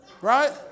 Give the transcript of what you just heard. Right